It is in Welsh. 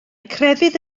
crefydd